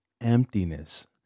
emptiness